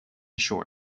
shore